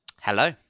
Hello